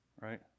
right